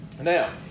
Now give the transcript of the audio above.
Now